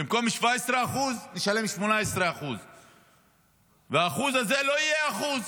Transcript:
במקום 17% נשלם 18%. האחוז הזה לא יהיה אחוז,